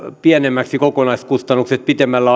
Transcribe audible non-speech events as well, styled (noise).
pienemmäksi kokonaiskustannukset pitemmällä (unintelligible)